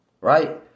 right